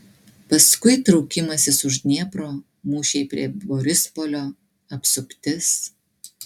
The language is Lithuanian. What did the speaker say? paskui traukimasis už dniepro mūšiai prie borispolio apsuptis